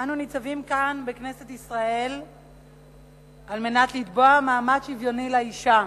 אנו ניצבים כאן בכנסת ישראל על מנת לקבוע מעמד שוויוני לאשה.